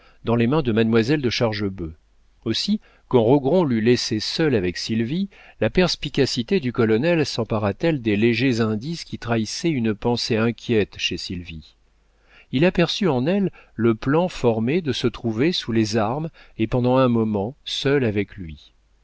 dans les mains de mademoiselle de chargebœuf aussi quand rogron l'eut laissé seul avec sylvie la perspicacité du colonel sempara t elle des légers indices qui trahissaient une pensée inquiète chez sylvie il aperçut en elle le plan formé de se trouver sous les armes et pendant un moment seule avec lui